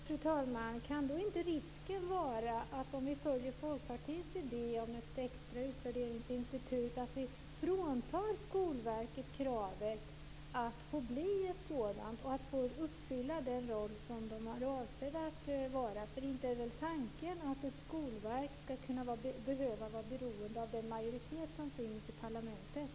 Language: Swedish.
Fru talman! Om vi följer Folkpartiets idé om ett extra utvärderingsinstitut, kan inte risken då vara att vi fråntar Skolverket kravet på att vara ett sådant och uppfylla den roll det är avsett att vara? Inte är väl tanken att Skolverket skall behöva vara beroende av den majoritet som finns i parlamentet?